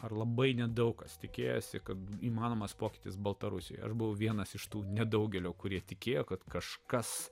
ar labai nedaug kas tikėjosi kad įmanomas pokytis baltarusijoje aš buvau vienas iš tų nedaugelio kurie tikėjo kad kažkas